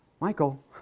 Michael